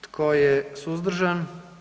Tko je suzdržan?